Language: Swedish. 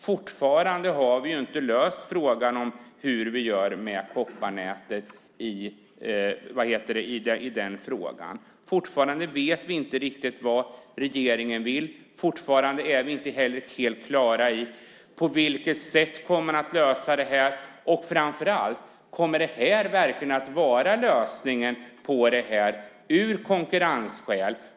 Fortfarande har vi inte löst frågan om hur vi gör med kopparnätet. Fortfarande vet vi inte riktigt vad regeringen vill. Fortfarande är vi inte heller helt på det klara med på vilket sätt vi kommer att lösa det och framför allt om det verkligen kommer att vara lösningen på frågan av konkurrensskäl.